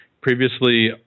previously